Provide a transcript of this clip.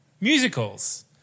musicals